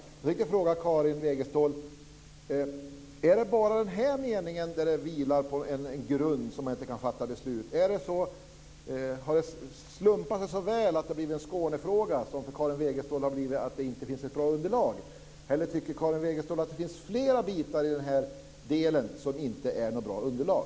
Jag tänkte fråga Karin Wegestål om det bara är detta förslag som vilar på en grund som man inte kan fatta beslut på. Har det slumpat sig så väl att det är i en Skånefråga som det saknas bra underlag, eller tycker Karin Wegestål att det finns flera bitar i denna del som inte vilar på bra underlag?